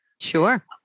Sure